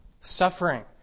suffering